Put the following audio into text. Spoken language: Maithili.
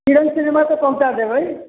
किरण सिनेमा तक पहुँचाय देबै